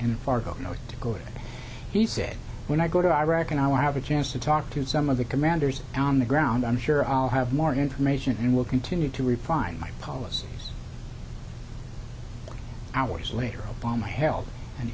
in fargo north dakota he said when i go to iraq and i want to have a chance to talk to some of the commanders on the ground i'm sure i'll have more information and will continue to refine my policies hours later obama held an